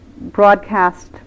broadcast